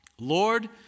Lord